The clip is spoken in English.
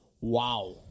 Wow